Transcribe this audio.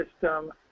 system